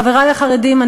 חברי החרדים,